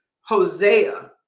hosea